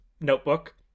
notebook